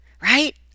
right